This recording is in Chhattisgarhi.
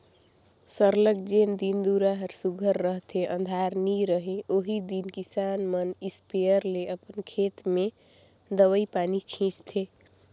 सरलग जेन दिन दुरा हर सुग्घर रहथे अंधार नी रहें ओही दिन किसान मन इस्पेयर ले अपन खेत में दवई पानी छींचथें